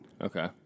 Okay